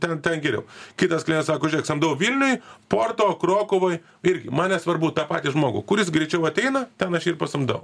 ten ten geriau kitas sako žiūrėk samdau vilniuj porto krokuvoj irgi man nesvarbu tą patį žmogų kuris greičiau ateina ten aš jį ir pasamdau